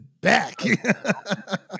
back